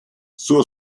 suo